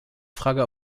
frage